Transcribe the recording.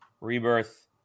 Rebirth